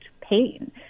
pain